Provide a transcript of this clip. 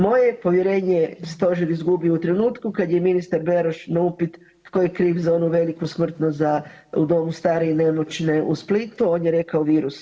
Moje je povjerenje Stožer izgubio u trenutku kada je ministar Beroš na upit tko je kriv za onu veliku smrtnost u domu za stare i nemoćne u Splitu on je rekao virus.